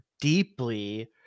deeply